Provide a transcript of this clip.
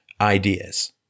ideas